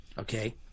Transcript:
Okay